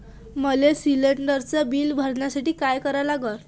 मले शिलिंडरचं बिल बघसाठी का करा लागन?